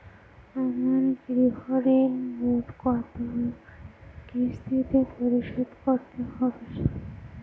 আমার গৃহঋণ মোট কত কিস্তিতে পরিশোধ করতে হবে?